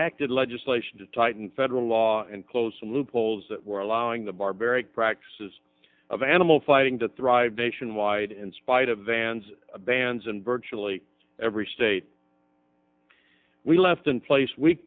acted legislation to tighten federal law and close loopholes that were allowing the barbaric practices of animal fighting to thrive nationwide in spite of van's bans in virtually every state we left in place we